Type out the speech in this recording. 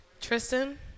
Tristan